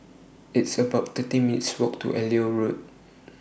It's about thirty minutes' Walk to Elliot Road